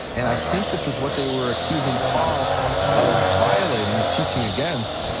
and i think this is what they were accusing paul of violating, of teaching against.